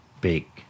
big